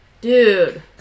dude